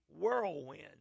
whirlwind